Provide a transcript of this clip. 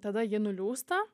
tada ji nuliūsta